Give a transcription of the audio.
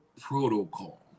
Protocol